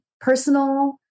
personal